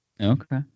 Okay